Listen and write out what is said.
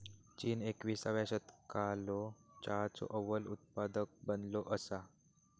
चीन एकविसाव्या शतकालो चहाचो अव्वल उत्पादक बनलो असा